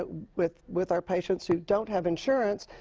ah with with our patients who don't have insurance,